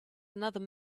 another